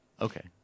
Okay